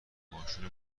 ماشینو